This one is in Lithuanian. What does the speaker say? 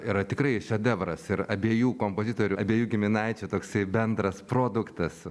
yra tikrai šedevras ir abiejų kompozitorių abiejų giminaičių toksai bendras produktas